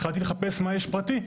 ולכן התחלתי לחפש מה יש באופן פרטי,